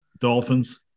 dolphins